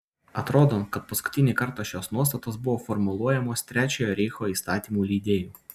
atrodo kad paskutinį kartą šios nuostatos buvo formuluojamos trečiojo reicho įstatymų leidėjų